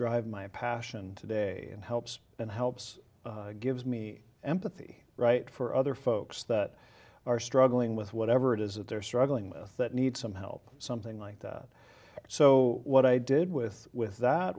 drive my passion today and helps and helps gives me empathy right for other folks that are struggling with whatever it is that they're struggling with that need some help something like that so what i did with with that